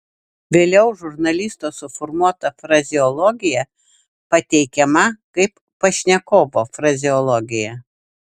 vėliau žurnalisto suformuota frazeologija pateikiama kaip pašnekovo frazeologija